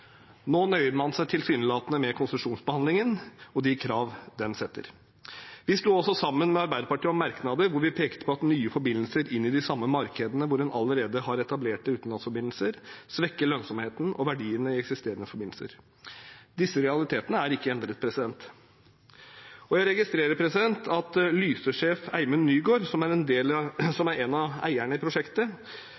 Nå nøyer man seg tilsynelatende med konsesjonsbehandlingen og de kravene den stiller. Vi sto også sammen med Arbeiderpartiet om merknader hvor vi pekte på at nye forbindelser i de samme markedene hvor en allerede har etablerte utenlandsforbindelser, svekker lønnsomheten og verdiene i eksisterende forbindelser. Disse realitetene er ikke endret. Jeg registrerer at Lyse-sjef Eimund Nygaard, som er en av